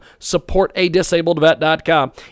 supportadisabledvet.com